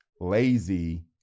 lazy